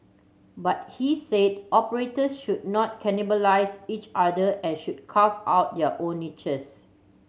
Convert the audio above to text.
but he said operator should not cannibalise each other and should carve out their own niches